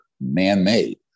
man-made